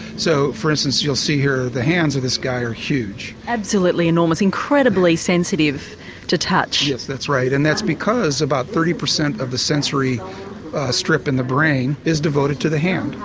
so for instance you'll see here the hands of this guy are huge. absolutely enormous, incredibly sensitive to touch. yes that's right and that's because about thirty percent of the sensory strip in the brain is devoted to the hand,